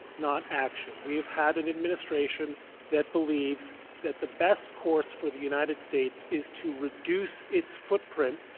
not action. we've had an administration that believes that the best course for the united states is to reduce its footprint,